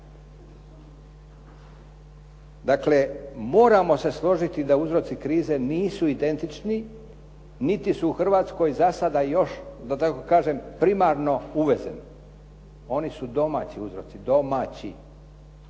Dakle, moramo se složiti da uzroci krize nisu identični, niti su u Hrvatskoj za sada još da tako kažem primarno uvezeni. Oni su domaći uzroci, domaći.